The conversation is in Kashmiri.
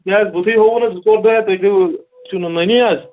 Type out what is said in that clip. کیٛاہ حظ بُتھٕے ہووو نہ زٕ ژور دۄہ تُہۍ گٔیوٕ چھُو نہٕ نٔنی حظ